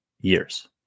years